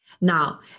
Now